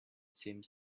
seems